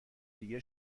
دیگه